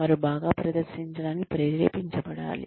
వారు బాగా ప్రదర్శించడానికి ప్రేరేపించబడాలి